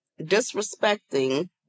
disrespecting